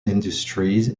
industries